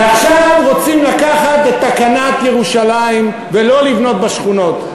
ועכשיו רוצים לקחת את תקנת ירושלים ולא לבנות בשכונות.